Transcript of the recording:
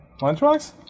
Lunchbox